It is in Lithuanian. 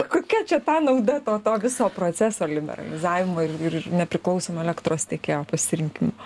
kokia čia ta nauda to to viso proceso liberalizavimo ir ir nepriklausomo elektros tiekėjo pasirinkimo